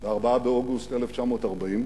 4 באוגוסט 1940,